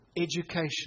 education